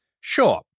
Sure